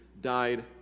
died